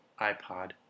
iPod